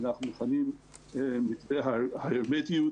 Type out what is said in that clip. שאנחנו מוכנים למתווה ההרמטיות,